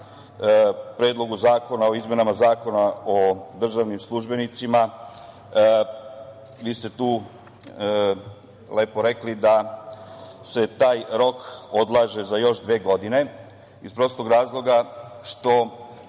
Predlogu zakona o izmenama Zakona o državnim službenicima, vi ste tu lepo rekli da se taj rok odlaže za još dve godine, iz prostog razloga što